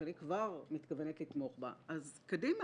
שאני כבר מתכוונת לתמוך בה קדימה,